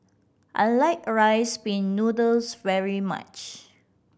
I like Rice Pin Noodles very much